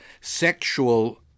sexual